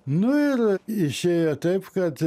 nu ir išėjo taip kad